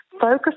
focus